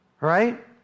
Right